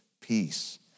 peace